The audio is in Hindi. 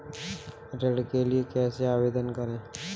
ऋण के लिए कैसे आवेदन करें?